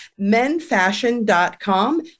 menfashion.com